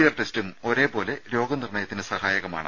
R ടെസ്റ്റും ഒരേപോലെ രോഗനിർണ്ണയത്തിന് സഹായകമാണ്